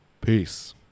Peace